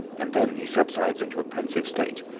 and then he subsides into a pensive state,